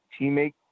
teammate